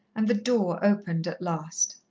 and the door opened at last.